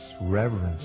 reverence